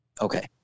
Okay